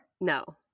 No